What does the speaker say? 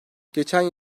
geçen